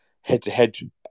Head-to-head